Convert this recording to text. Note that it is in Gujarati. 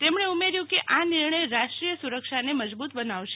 તેમણે ઉમેર્યું કે આ નિર્ણય રાષ્ટ્રીય સુરક્ષાને મજબૂત બનાવશે